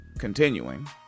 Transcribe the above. continuing